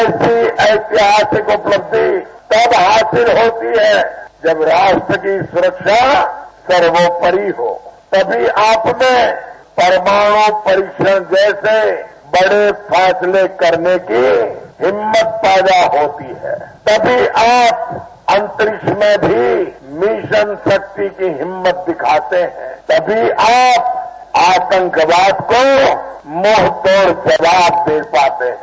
ऐसी ऐतिहासिक उपलब्धि तब हासिल होती है जब राष्ट्र की सुरक्षा सर्वोपरि हो तभी आप मे परमाणु परीक्षण जैसे बड़े फैसले करने की हिम्मत पैदा होती है तभी आप अंतरिक्ष में भी मिशन शक्ति की हिम्मत दिखाते हैं तभी आप आतंकवाद को मुंह तोड़ जवाब दे पाते है